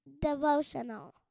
devotional